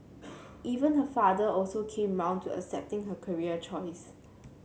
even her father also came round to accepting her career choice